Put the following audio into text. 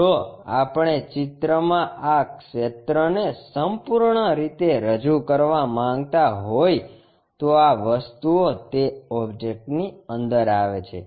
જો આપણે ચિત્રમાં આ ક્ષેત્રને સંપૂર્ણ રીતે રજૂ કરવા માંગતા હો તો આ વસ્તુઓ તે ઓબ્જેક્ટની અંદર આવે છે